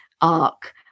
arc